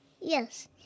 Yes